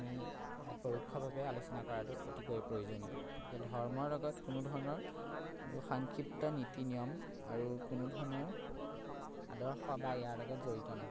আমি ইয়াত পৰোক্ষভাৱে আলোচনা কৰাটো অতিকৈ প্ৰয়োজনীয় গতিকে ধৰ্মৰ লগত কোনো ধৰণৰ সাংক্ষিপ্ত নীতি নিয়ম আৰু কোনো ধৰণৰ আদৰ্শ বা ইয়াৰ লগত জড়িত নহয়